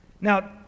Now